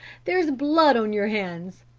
there's blood on your hands.